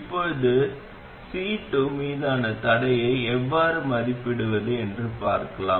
இப்போது C2 மீதான தடையை எவ்வாறு மதிப்பிடுவது என்று பார்க்கலாம்